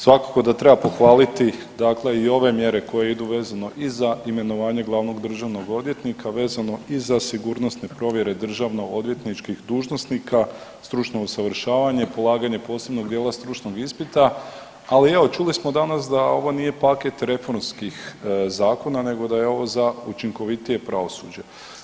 Svakako da treba pohvaliti dakle i ove mjere koje idu vezano i za imenovanje glavnog državnog odvjetnika, vezano i za sigurnosne provjere državno odvjetničkih dužnosnika, stručno usavršavanje, polaganje posebnog dijela stručnog ispita, ali evo čuli smo danas da ovo nije paket reformskih zakona nego da je ovo za učinkovitije pravosuđe.